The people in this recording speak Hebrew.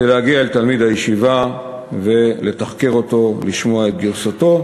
זה להגיע אל תלמיד הישיבה ולתחקר אותו ולשמוע את גרסתו,